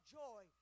joy